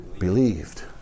believed